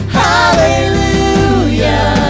hallelujah